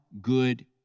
good